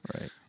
right